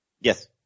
Yes